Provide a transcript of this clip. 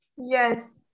Yes